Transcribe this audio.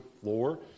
floor